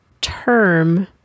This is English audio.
term